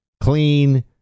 clean